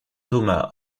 thomas